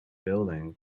building